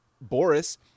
Boris